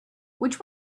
which